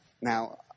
Now